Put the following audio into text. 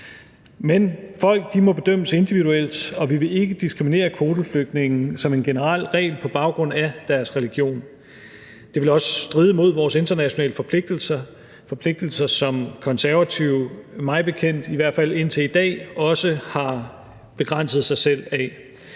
Men folk må bedømmes individuelt, og vi vil ikke diskriminere kvoteflygtninge som en generel regel på baggrund af deres religion. Det ville også stride mod vores internationale forpligtelser, forpligtelser, som Konservative mig bekendt i hvert fald indtil i dag også har begrænset sig selv af.